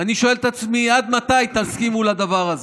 ואני שואל את עצמי עד מתי תסכימו לדבר הזה.